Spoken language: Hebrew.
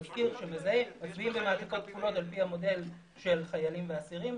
מזכיר ומצביעים במעטפות כפולות על פי המודל של חיילים ואסירים.